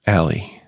Allie